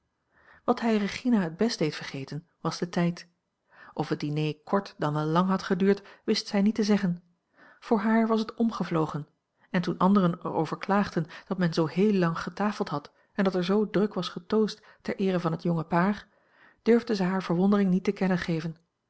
wat hij regina het best deed vergeten was de tijd of het diner kort dan wel lang had geduurd wist zij niet te zeggen voor haar was het omgevlogen en toen anderen er over klaagden dat men zoo heel lang getafeld had en dat er zoo druk was getoost ter eere van het jonge paar durfde zij hare verwondering niet te kennen geven